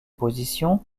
position